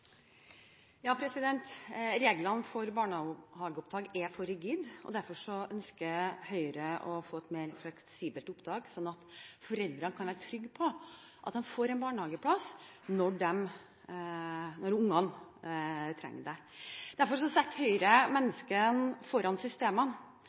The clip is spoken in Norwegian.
for rigide. Derfor ønsker Høyre å få et mer fleksibelt opptak, sånn at foreldrene kan være trygge for at de får barnehageplass når ungene trenger det. Derfor setter Høyre